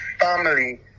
family